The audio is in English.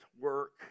work